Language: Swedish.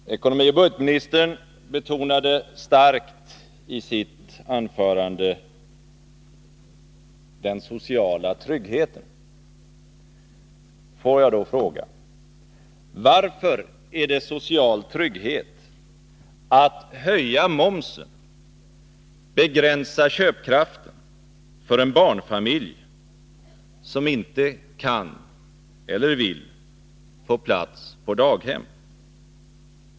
Herr talman! Ekonomioch budgetministern betonade i sitt anförande starkt den sociala tryggheten. Får jag då fråga: Varför är det social trygghet att höja momsen och begränsa köpkraften för en barnfamilj som inte kan eller vill få plats på daghem?